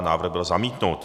Návrh byl zamítnut.